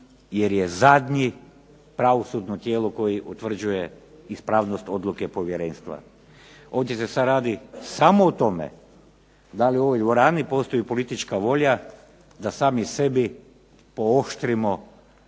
jer je zadnji pravosudno tijelo koje utvrđuje ispravnost odluke povjerenstva. Ovdje se sad radi samo o tome da li u ovoj dvorani postoji politička volja da sami sebi pooštrimo